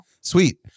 Sweet